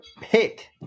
pick